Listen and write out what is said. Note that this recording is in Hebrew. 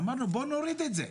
אמרנו: בואו נוריד את זה.